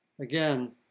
Again